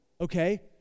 okay